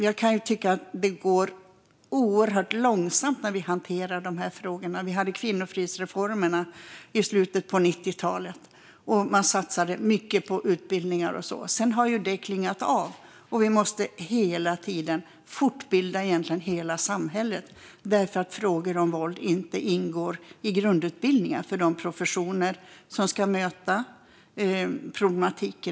Jag kan tycka att det går oerhört långsamt när vi hanterar de här frågorna. Vi hade kvinnofridsreformerna i slutet på 90-talet. Man satsade mycket på utbildningar och sådant. Sedan har det klingat av. Vi måste hela tiden fortbilda egentligen hela samhället. Frågor om våld ingår inte i grundutbildningar för de professioner som ska möta problematiken.